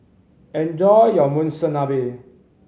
enjoy your Monsunabe